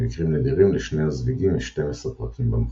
במקרים נדירים לשני הזוויגים יש 12 פרקים במחוש.